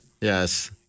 Yes